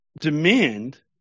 demand